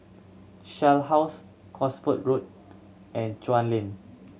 Shell House Cosford Road and Chuan Lane